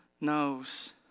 knows